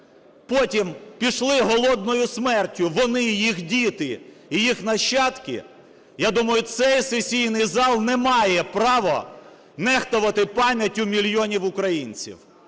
потім пішли голодною смертю, вони, їх діти і їх нащадки, я думаю, цей сесійний зал не має права нехтувати пам'яттю мільйонів українців.